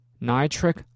nitric